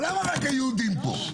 אבל רק היהודים פה?